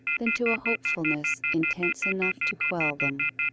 than to a hopefulness intense enough to quell them.